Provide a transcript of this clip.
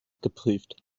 geprüft